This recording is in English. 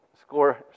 score